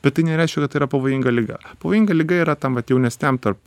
bet tai nereiškia kad tai yra pavojinga liga pavojinga liga yra tam vat jaunesniam tarp